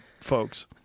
folks